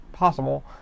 Possible